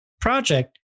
project